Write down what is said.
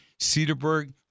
Cedarburg